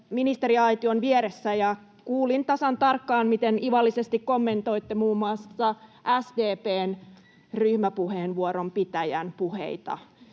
ministeriaition vieressä ja kuulin tasan tarkkaan, miten ivallisesti kommentoitte muun muassa SDP:n ryhmäpuheenvuoron pitäjän puheita.